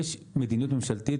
יש מדיניות ממשלתית,